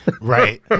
Right